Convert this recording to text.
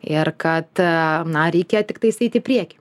ir kad na reikia tiktais eiti į priekį